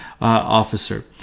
officer